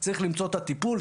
צריך למצוא את הטיפול,